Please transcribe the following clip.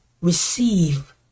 receive